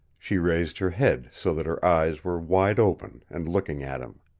she raised her head, so that her eyes were wide open, and looking at him.